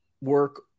work